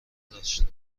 داشت